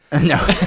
No